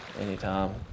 anytime